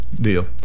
deal